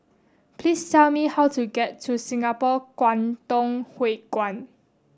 please tell me how to get to Singapore Kwangtung Hui Kuan